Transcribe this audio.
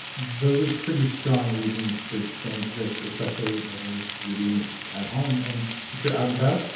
those are pretty strong reasons to change this, especially when you're you're eating this at home, and if you're out and about,